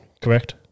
correct